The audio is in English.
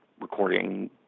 recording